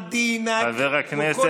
מהפרלמנט הישראלי בירושלים,